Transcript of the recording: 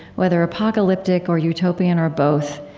whether apocalyptic or utopian or both,